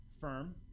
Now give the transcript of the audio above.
firm